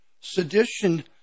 Sedition